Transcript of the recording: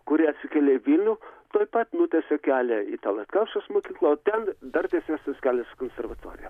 kurie atsikėlė į vilnių tuoj pat nutiesė kelią į talatkelpšos mokyklą o ten dar tiesesnis kelias į konservatoriją